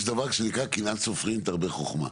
יש דבר שנקרא קנאת סופרים תרבה חכמה,